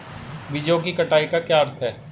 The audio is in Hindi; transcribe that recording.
बीजों की कटाई का क्या अर्थ है?